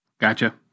gotcha